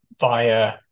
via